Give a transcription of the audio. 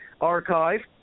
archive